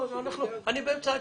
אני באמצע ההתייחסות,